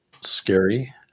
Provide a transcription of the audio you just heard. scary